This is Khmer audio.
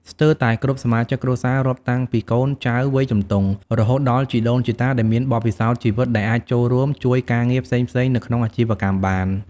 ស្ទើរតែគ្រប់សមាជិកគ្រួសារ រាប់តាំងពីកូនចៅវ័យជំទង់ រហូតដល់ជីដូនជីតាដែលមានបទពិសោធន៍ជីវិត ដែលអាចចូលរួមជួយការងារផ្សេងៗនៅក្នុងអាជីវកម្មបាន។